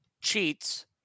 cheats